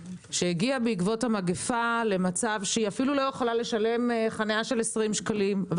שהגיעה בעקבות המגפה למצב שהיא אפילו לא יכולה לשלם חניה של 20 שקלים.